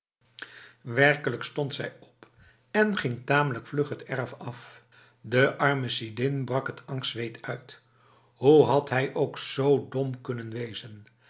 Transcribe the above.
werkelijk stond zij op en ging tamelijk vlug het erf af de arme sidin brak het angstzweet uit hoe had hij ook zo dom kunnen wezen